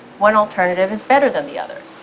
one alternative is better than the other.